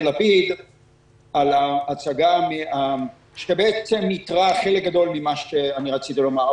לפיד על ההצגה שבעצם ייתרה חלק גדול ממה שרציתי לומר.